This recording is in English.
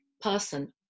person